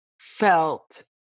felt